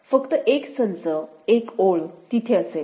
फक्त एक संच एक ओळ तेथे असेल